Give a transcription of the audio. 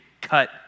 cut